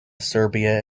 siberia